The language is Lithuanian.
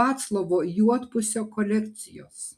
vaclovo juodpusio kolekcijos